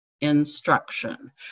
instruction